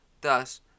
Thus